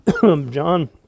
John